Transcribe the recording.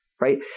right